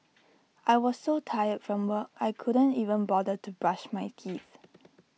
I was so tired from work I couldn't even bother to brush my teeth